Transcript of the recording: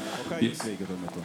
o ką jūs veikėt tuo metu